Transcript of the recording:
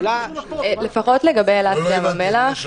לגבי אילת וים המלח,